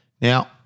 Now